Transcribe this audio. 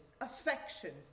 affections